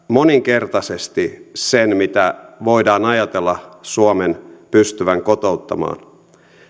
moninkertaisesti sen mitä voidaan ajatella suomen pystyvän kotouttamaan